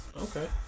Okay